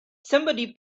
somebody